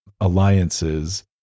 alliances